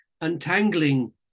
untangling